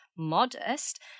modest